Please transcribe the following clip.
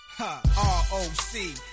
R-O-C